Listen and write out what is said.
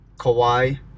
Kawhi